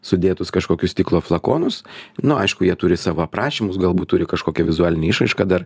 sudėtus kažkokius stiklo flakonus nu aišku jie turi savo aprašymus galbūt turi kažkokią vizualinę išraišką dar